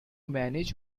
manage